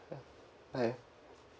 ya I